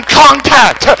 contact